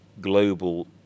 global